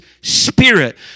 spirit